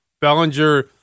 Bellinger